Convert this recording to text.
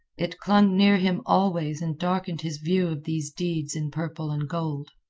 it clung near him always and darkened his view of these deeds in purple and gold.